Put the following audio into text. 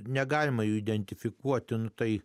negalima jų identifikuotinu tai